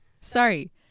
sorry